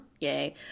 Yay